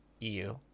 EU